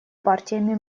партиями